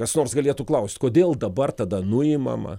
kas nors galėtų klaust kodėl dabar tada nuimama